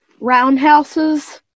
roundhouses